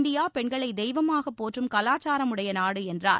India பெண்களை தெய்வமாகப் போற்றும் கலாச்சாரமுடைய நாடு என்றார்